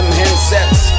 handsets